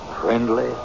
Friendly